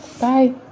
bye